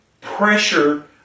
pressure